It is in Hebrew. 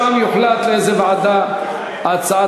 ושם יוחלט לאיזו ועדה תועבר